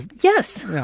yes